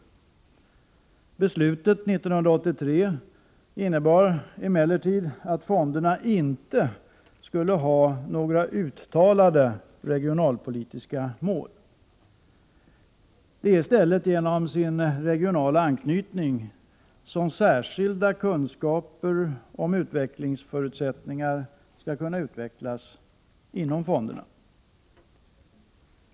Riksdagsbeslutet 1983 innebar emellertid att fonderna inte skulle ha några uttalade regionalpolitiska mål. Det är i stället genom sin regionala anknytning som särskilda kunskaper om utvecklingsförutsättningar skall kunna vinnas inom fonderna.